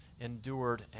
endured